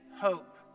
Hope